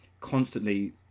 constantly